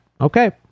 Okay